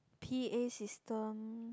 p_a system